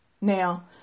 Now